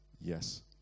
yes